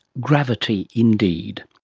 gravity indeed